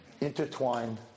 intertwined